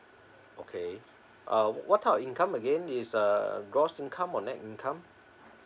okay uh what type of income again is uh gross income or nett income